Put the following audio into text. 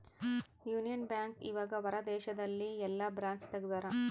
Union Bank ಇವಗ ಹೊರ ದೇಶದಲ್ಲಿ ಯೆಲ್ಲ ಬ್ರಾಂಚ್ ತೆಗ್ದಾರ